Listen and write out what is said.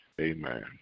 Amen